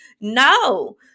no